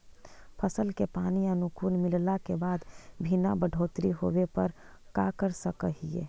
फसल के पानी अनुकुल मिलला के बाद भी न बढ़ोतरी होवे पर का कर सक हिय?